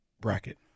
bracket